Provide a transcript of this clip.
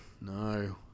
no